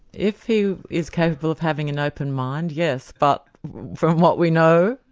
if he is capable of having an open mind, yes, but from what we know,